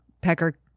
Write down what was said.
pecker